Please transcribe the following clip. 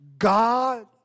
God